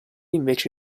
invece